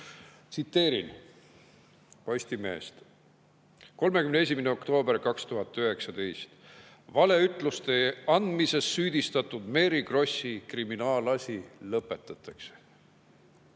Tsiteerin Postimeest, 31. oktoober 2019, "Valeütluste andmises süüdistatud Mary Krossi kriminaalasi lõpetatakse":